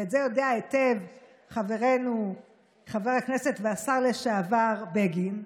ואת זה יודע היטב חברנו חבר הכנסת והשר לשעבר בגין,